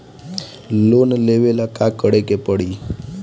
Loan लेबे ला का करे के पड़ी?